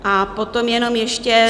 A potom jenom ještě...